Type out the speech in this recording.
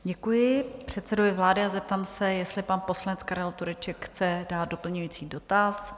Děkuji předsedovi vlády a zeptám se, jestli pan poslanec Karel Tureček chce dát doplňující dotaz?